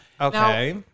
Okay